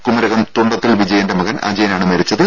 കുമരകം തുണ്ടത്തിൽ വിജയന്റെ മകൻ അജയനാണ് മരിച്ചത്